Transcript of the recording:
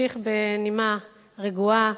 אמשיך בנימה רגועה.